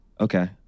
Okay